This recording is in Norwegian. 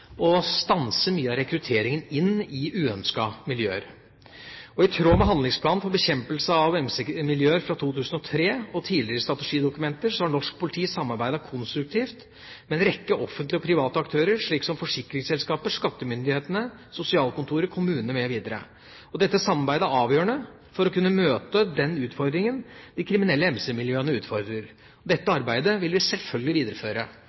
å stanse mye av rekrutteringen inn i uønskede miljøer. I tråd med handlingsplanen for bekjempelse av MC-miljøer fra 2003 og tidligere strategidokumenter har norsk politi samarbeidet konstruktivt med en rekke offentlige og private aktører, slik som forsikringsselskaper, skattemyndighetene, sosialkontorer, kommunene mv. Dette samarbeidet er avgjørende for å kunne møte den utfordringen de kriminelle MC-miljøene representerer. Dette arbeidet vil vi selvfølgelig videreføre.